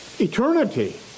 eternity